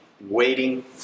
waiting